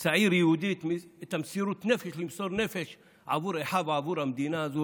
צעיר יהודי את מסירות הנפש למסור נפש עבור אחיו ועבור המדינה הזו,